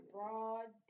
Broad